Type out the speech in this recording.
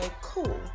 cool